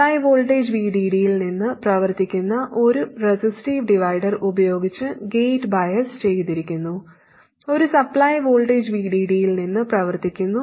supply voltage VDD യിൽ നിന്ന് പ്രവർത്തിക്കുന്ന ഒരു റെസിസ്റ്റീവ് ഡിവൈഡർ ഉപയോഗിച്ച് ഗേറ്റ് ബയസ് ചെയ്തിരിക്കുന്നു ഒരു സപ്ലൈ വോൾട്ടേജ് VDD യിൽ നിന്ന് പ്രവർത്തിക്കുന്നു